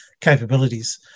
capabilities